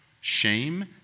shame